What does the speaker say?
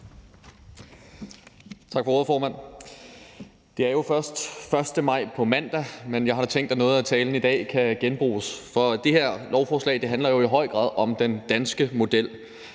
Tak for ordet, formand. Det er jo først den 1. maj på mandag, men jeg har da tænkt, at noget af talen i dag kan genbruges, for det her lovforslag handler jo i høj grad om den danske model.